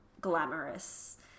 glamorous